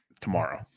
tomorrow